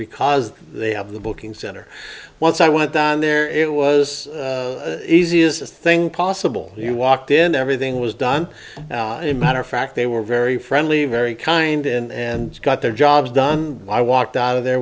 because they have the booking center once i went down there it was easiest thing possible you walked in everything was done in matter of fact they were very friendly very kind and got their jobs done i walked out of there